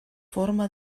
forma